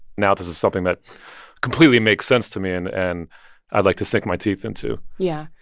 now this is something that completely makes sense to me, and and i'd like to sink my teeth into yeah.